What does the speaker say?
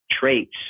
traits